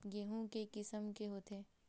गेहूं के किसम के होथे?